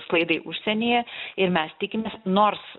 sklaidai užsienyje ir mes tikimės nors